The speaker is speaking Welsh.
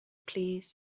plîs